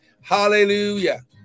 hallelujah